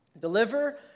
deliver